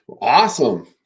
Awesome